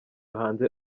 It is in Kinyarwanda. hanze